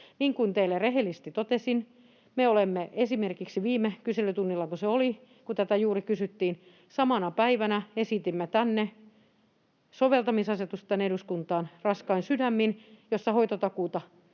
Niin kuin teille rehellisesti totesin, me esimerkiksi — viime kyselytunnillako se oli, kun tätä juuri kysyttiin — samana päivänä esitimme tänne eduskuntaan raskain sydämin soveltamisasetusta,